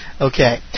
Okay